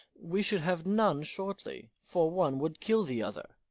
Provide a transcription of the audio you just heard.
we should have none shortly, for one would kill the other.